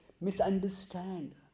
misunderstand